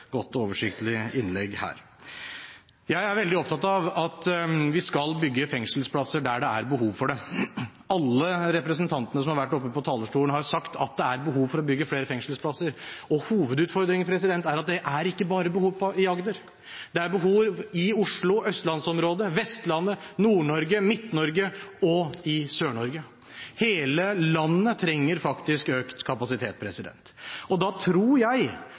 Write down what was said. godt og oversiktlig innlegg her. Jeg er veldig opptatt av at vi skal bygge fengselsplasser der det er behov for det. Alle representantene som har vært oppe på talerstolen, har sagt at det er behov for å bygge flere fengselsplasser. Hovedutfordringen er at det er ikke bare behov i Agder. Det er behov i Oslo, i østlandsområdet, på Vestlandet, i Nord-Norge, i Midt-Norge og i de sørligste delene av Norge – hele landet trenger faktisk økt kapasitet. Da tror jeg